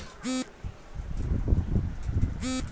मोहन नं त बहुत सीनी सामान सरकारी सब्सीडी लै क खरीदनॉ छै